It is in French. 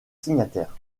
signataire